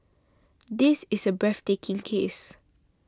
this is a breathtaking case